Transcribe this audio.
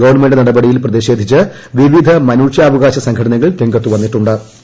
government നടപടിയിൽ പ്രതിഷേധിച്ച് പ്രിപ്പിധ് മനുഷ്യാവകാശ സംഘടനകൾ രംഗത്തു വന്നിട്ടു ്